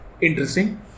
Interesting